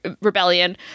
Rebellion